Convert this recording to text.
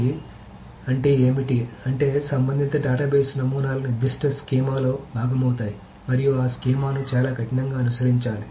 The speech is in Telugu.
ఫ్లెక్సిబిలిటీ అంటే ఏమిటి అంటే సంబంధిత డేటాబేస్ నమూనాలు నిర్దిష్ట స్కీమాలో భాగమవుతాయి మరియు ఆ స్కీమాను చాలా కఠినంగా అనుసరించాలి